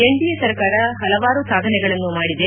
NDA ಸರ್ಕಾರ ಪಲವಾರು ಸಾಧನೆಗಳನ್ನು ಮಾಡಿದೆ